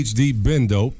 H-D-Bendo